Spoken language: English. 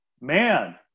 man